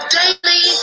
daily